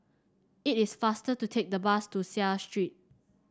it is faster to take the bus to Seah Street